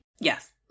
Yes